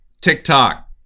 TikTok